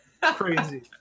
Crazy